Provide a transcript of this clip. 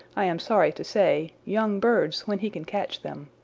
i am sorry to say, young birds when he can catch them.